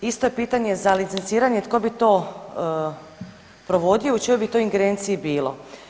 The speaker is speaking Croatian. Isto je pitanje za licenciranje tko bi to provodio, u čijoj bi to ingerenciji bilo?